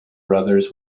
brothers